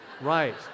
Right